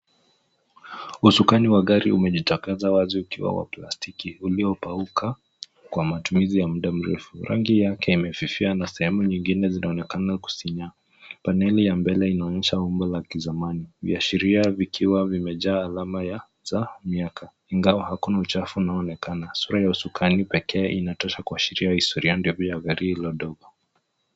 Usukani wa gari umejitakaza wazi ukiwa wa plastiki uliopauka kwa matumizi ya muda mrefu. Rangi yake imefifia na sehemu nyingine zinaonekana kusinyaa. Paneli ya mbele inaonyesha umbo la kizamani, viashiria vikiwa vimejaa alama ya za miaka. Ingawa hakuna uchafu unaoonekana, sura ya usukani pekee inatosha kuashiria historia ndefu ya gari hilo dogo.